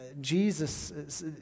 Jesus